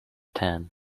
tan